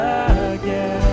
again